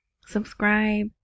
subscribe